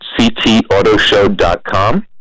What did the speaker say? ctautoshow.com